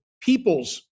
people's